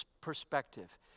perspective